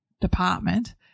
department